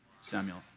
Samuel